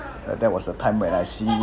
uh that was a time when I see